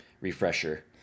refresher